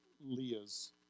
Leah's